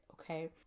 okay